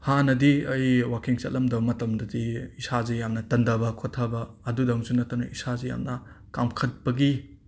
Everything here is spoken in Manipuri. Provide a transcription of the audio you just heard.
ꯍꯥꯟꯅꯗꯤ ꯑꯩ ꯋꯥꯀꯤꯡ ꯆꯠꯂꯝꯗꯕ ꯃꯇꯝꯗꯗꯤ ꯏꯁꯥꯁꯦ ꯌꯥꯝꯅ ꯇꯟꯗꯕ ꯈꯣꯊꯕ ꯑꯗꯨꯗꯪꯁꯨ ꯅꯠꯇꯅ ꯏꯁꯥꯁꯦ ꯌꯥꯝꯅ ꯀꯥꯝꯈꯠꯄꯒꯤ